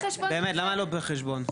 באמת, למה לא פר חשבון?